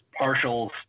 partials